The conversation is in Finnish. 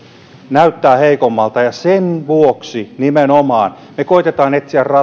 näyttää heikommalta ja sen vuoksi nimenomaan me koetamme etsiä